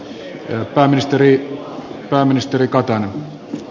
arvoisa herra puhemies